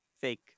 Fake